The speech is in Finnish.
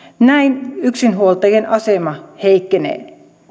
näin yksinhuoltajien asema heikkenee